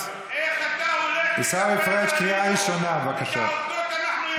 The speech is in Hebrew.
אם למישהו יש בעיה עם המודל החוקי הקיים במדינת ישראל,